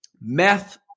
meth